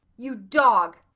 you dog!